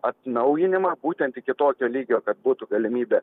atnaujinimą būtent iki tokio lygio kad būtų galimybė